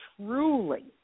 truly